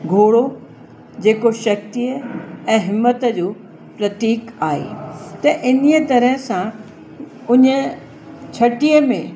घोड़ो जेको शक्तीअ ऐं हिम्मत जो प्रतीक आहे त इन्हीअ तरह सां उन छटीह में